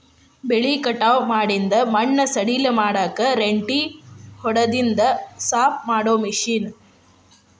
ಬೆಳಿ ಕಟಾವ ಮಾಡಿಂದ ಮಣ್ಣ ಸಡಿಲ ಮಾಡಾಕ ರೆಂಟಿ ಹೊಡದಿಂದ ಸಾಪ ಮಾಡು ಮಿಷನ್